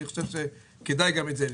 אני חושב שכדאי גם את זה ללמוד.